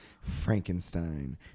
Frankenstein